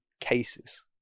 cases